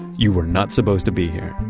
you were not supposed to be here.